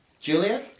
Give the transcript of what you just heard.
Julia